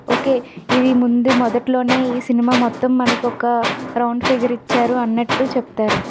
okay ఇది ముందు మొదట్లో ఈ సినిమా మొత్తం మనకి ఒక రౌండ్ ఫిగర్ ఇచ్చారు అన్నట్టు చెప్తారు